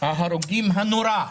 ההרוגים הנורא,